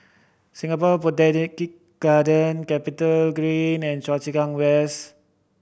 Singapore Botanic Garden CapitaGreen and Choa Chu Kang West